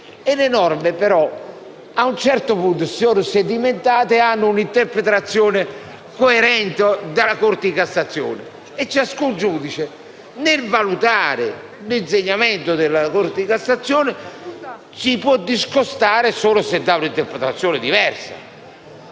norme, che però a un certo punto si sedimentano e trovano un'interpretazione coerente da parte della Corte di cassazione. Pertanto, ciascun giudice, nel valutare l'insegnamento della Corte di cassazione, si può discostare solo se dà un'interpretazione diversa.